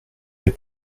j’ai